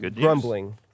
rumbling